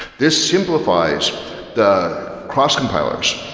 this simplifies the cross compilers,